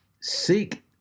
Seek